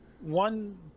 One